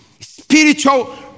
Spiritual